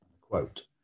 Quote